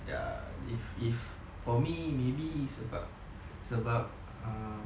ya if if for me maybe it's sebab sebab err